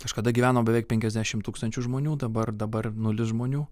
kažkada gyveno beveik penkiasdešimt tūkstančių žmonių dabar dabar nulis žmonių